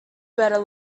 better